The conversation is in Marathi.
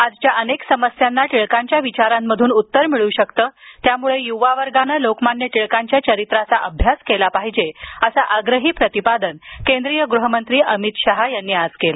आजच्या अनेक समस्यांना लोकमान्य टिळकांच्या विचारांमधून उत्तर मिळू शकते यासाठी युवा वर्गानं लोकमान्य टिळकांच्या चरित्राचा अभ्यास केला पाहिजे असं आग्रही प्रतिपादन केंद्रीय गृहमंत्री अमित शहा यांनी आज केलं